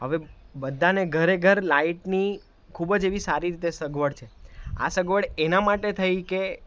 હવે બધાને ઘરે ઘર લાઇટની ખૂબ જ એવી સારી રીતે સગવળ છે આ સગવળ એના માટે થઈ કે